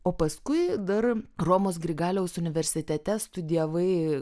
o paskui dar romos grigaliaus universitete studijavai